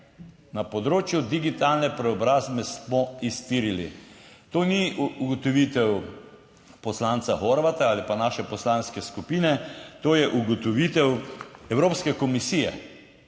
Na področju digitalne preobrazbe smo iztirili. To ni ugotovitev poslanca Horvata ali pa naše poslanske skupine, to je ugotovitev Evropske komisije.